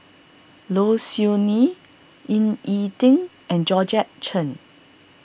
Low Siew Nghee Ying E Ding and Georgette Chen